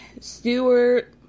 Stewart